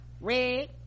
Red